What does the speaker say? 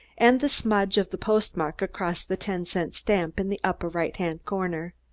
and the smudge of the postmark across the ten-cent stamp in the upper right-hand corner.